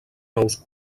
nous